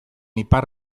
ipar